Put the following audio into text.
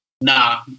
nah